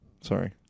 sorry